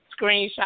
screenshot